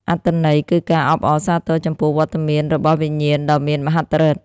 អត្ថន័យគឺការអបអរសាទរចំពោះវត្តមានរបស់វិញ្ញាណដ៏មានមហិទ្ធិឫទ្ធិ។